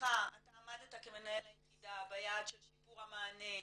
מבחינתך אתה עמדת כמנהל היחידה ביעד של שיפור המענה,